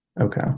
Okay